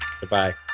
Goodbye